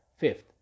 Fifth